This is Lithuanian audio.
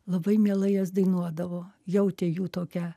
labai mielai jas dainuodavo jautė jų tokią